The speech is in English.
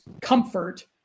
comfort